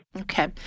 Okay